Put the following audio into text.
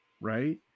right